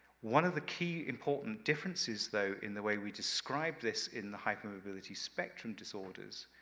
one of the key important differences though, in the way we describe this in the hypermobility spectrum disorders,